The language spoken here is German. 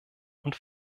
und